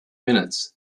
minutes